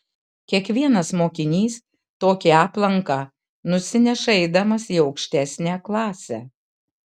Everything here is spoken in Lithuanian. kiekvienas mokinys tokį aplanką nusineša eidamas į aukštesnę klasę